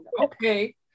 Okay